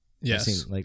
Yes